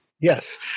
Yes